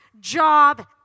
job